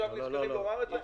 עכשיו נזכרים לומר את זה?